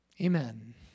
Amen